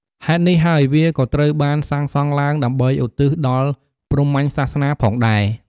ហេតុនេះហើយវាក៏ត្រូវបានសាងសង់ឡើង ដើម្បីឧទ្ទិសដល់ព្រហ្មញ្ញសាសនា ផងដែរ។